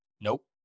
Nope